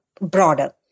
broader